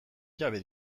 jabe